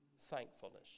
Thankfulness